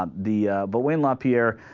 um the but wayne lapierre ah.